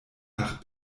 nach